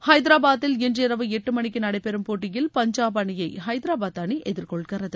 ஐதாபராத்தில் இன்று இரவு எட்டு மணிக்கு நடைபெறும் போட்டியில் பஞ்சாப் அணியை ஐதராபாத் அணி எதிர்கொள்கிறது